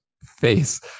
face